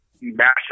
massive